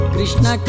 Krishna